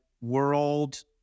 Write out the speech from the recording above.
world